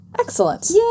Excellent